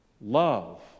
Love